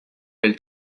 elle